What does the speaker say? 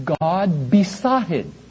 God-besotted